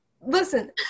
Listen